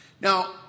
Now